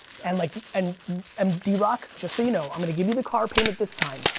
and like and um d-rock, just so you know, i'm gonna give you the car payment this time,